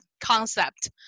concept